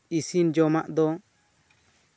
ᱤᱥᱤᱱ ᱡᱚᱢᱟᱜ ᱫᱚ